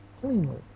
cleanly